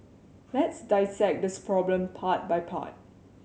let's dissect this problem part by part